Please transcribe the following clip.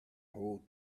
whole